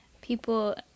People